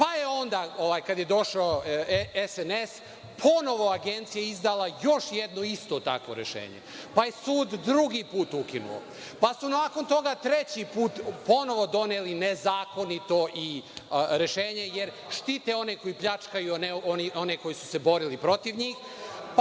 Pa je onda, kada je došao SNS ponovo Agenciji izdala još jedno isto takvo rešenje, pa je sud drugi put ukinuo. Pa su nakon toga treći put ponovo doneli nezakonito rešenje, jer štite one koji pljačkaju one koji su se borili protiv njih,